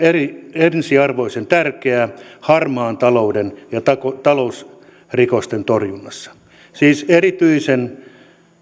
ensiarvoisen tärkeää harmaan talouden ja talousrikosten torjunnassa siis erityisen